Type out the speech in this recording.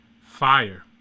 Fire